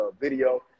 video